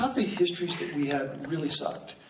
ah the histories that we had really sucked.